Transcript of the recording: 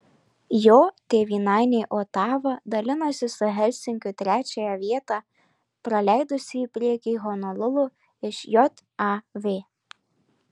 jo tėvynainė otava dalinasi su helsinkiu trečiąją vietą praleidusi į priekį honolulu iš jav